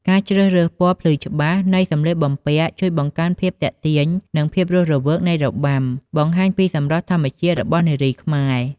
ការជ្រើសរើសពណ៌ភ្លឺច្បាស់លាស់នៃសម្លៀកបំពាក់ ជួយបង្កើនភាពទាក់ទាញ និងភាពរស់រវើកនៃរបាំ បង្ហាញពីសម្រស់ធម្មជាតិរបស់នារីខ្មែរ។